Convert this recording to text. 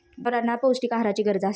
जनावरांना पौष्टिक आहाराची गरज असते